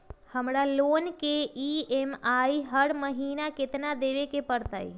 हमरा लोन के ई.एम.आई हर महिना केतना देबे के परतई?